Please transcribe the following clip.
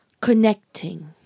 connecting